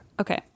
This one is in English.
Okay